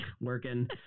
working